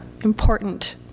important